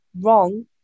wrong